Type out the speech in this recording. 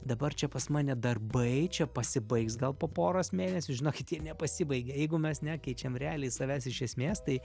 dabar čia pas mane darbai čia pasibaigs gal po poros mėnesių žinokit jie nepasibaigia jeigu mes nekeičiam realiai savęs iš esmės tai